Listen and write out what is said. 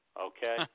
okay